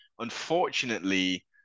Unfortunately